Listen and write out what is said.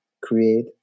Create